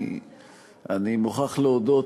אני מוכרח להודות,